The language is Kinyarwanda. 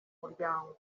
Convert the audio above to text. muryango